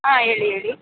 ಹಾಂ ಹೇಳಿ ಹೇಳಿ